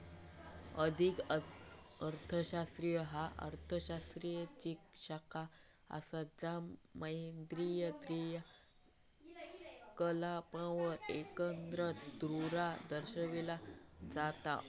आर्थिक अर्थशास्त्र ह्या अर्थ शास्त्राची शाखा असा ज्या मौद्रिक क्रियाकलापांवर एकाग्रता द्वारा दर्शविला जाता